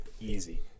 easy